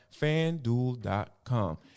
fanduel.com